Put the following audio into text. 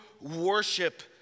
worship